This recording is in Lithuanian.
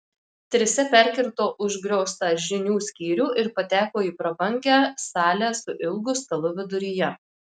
trise perkirto užgrioztą žinių skyrių ir pateko į prabangią salę su ilgu stalu viduryje